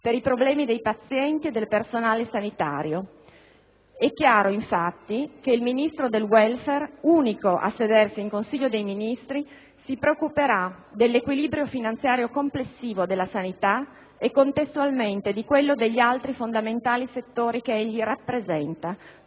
per i problemi dei pazienti e del personale sanitario. È chiaro, infatti, che il Ministro del *welfare*, unico a sedersi in Consiglio dei ministri, si preoccuperà dell'equilibrio finanziario complessivo della sanità e, contestualmente, di quello degli altri fondamentali settori che egli rappresenta: